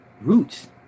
Roots